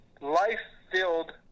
life-filled